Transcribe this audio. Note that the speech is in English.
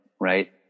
right